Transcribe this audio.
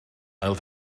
ail